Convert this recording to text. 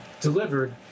delivered